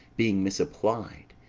being misapplied,